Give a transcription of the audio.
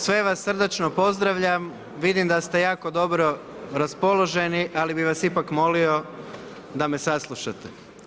Sve vas srdačno pozdravljam, vidim da ste jako dobro raspoloženi ali bih vas ipak molio da me saslušate.